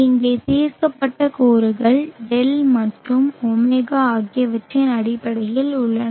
இங்கே தீர்க்கப்பட்ட கூறுகள் δ மற்றும் ω ஆகியவற்றின் அடிப்படையில் உள்ளன